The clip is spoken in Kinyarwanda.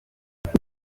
aha